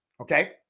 Okay